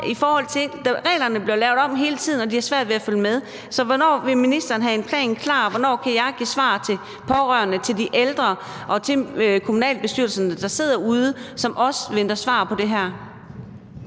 for reglerne bliver lavet om hele tiden, og de har svært ved at følge med. Så hvornår vil ministeren have en plan klar? Hvornår kan jeg give svar til pårørende, til de ældre og til kommunalbestyrelserne, der sidder derude, og som også venter svar på det her?